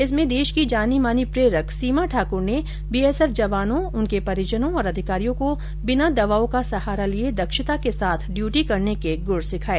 इसमें देश की जानी मानी प्रेरक सीमा ठाकूर ने बीएसएफ जवानों उनके परिजनों और अधिकारियों को बिना दवाओं का सहारा लिए दक्षता के साथ ड्यूटी करने के गुर सिखाए